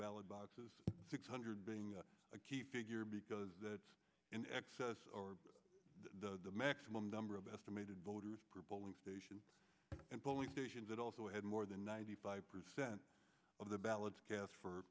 boxes six hundred being a key figure because that in excess or the maximum number of estimated voter per bowling station and polling stations that also had more than ninety five percent of the ballots cast for